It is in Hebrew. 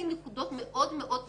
נקודות מאוד-מאוד ייחודיות,